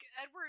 Edward